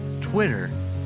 Twitter